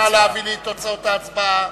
נא להביא לי את תוצאות ההצבעה.